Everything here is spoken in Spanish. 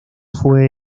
fue